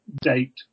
date